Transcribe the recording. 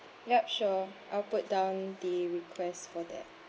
yup sure I'll put down the request for that